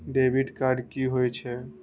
Debit card कि होई छै?